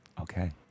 Okay